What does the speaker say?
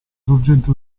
sorgente